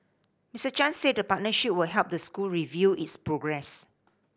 Mister Chan said the partnership would help the school review its progress